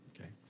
Okay